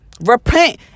repent